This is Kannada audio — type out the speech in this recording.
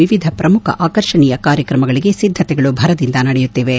ವಿವಿಧ ಪ್ರಮುಖ ಆಕರ್ಷಣೀಯ ಕಾರ್ಯಕ್ರಮಗಳಿಗೆ ಸಿದ್ದತೆಗಳು ಭರದಿಂದ ನಡೆಯುತ್ತಿವೆ